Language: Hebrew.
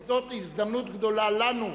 כי זאת הזדמנות גדולה לנו,